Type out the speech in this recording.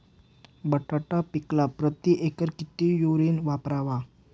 बटाटा पिकाला प्रती एकर किती युरिया वापरावा?